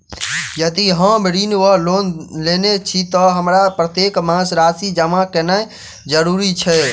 यदि हम ऋण वा लोन लेने छी तऽ हमरा प्रत्येक मास राशि जमा केनैय जरूरी छै?